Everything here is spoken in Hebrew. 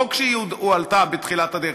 לא כשהיא הועלתה בתחילת הדרך.